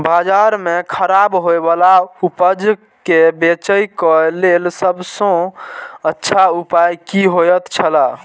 बाजार में खराब होय वाला उपज के बेचे के लेल सब सॉ अच्छा उपाय की होयत छला?